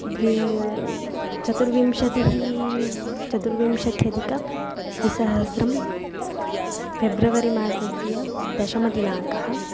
द्वे चतुर्विंशतिः चतुर्विंशत्यधिकद्विसहस्रं फ़ेब्रवरिमासस्य दशमदिनाङ्कः